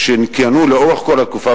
שכיהנו לאורך כל התקופה,